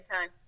time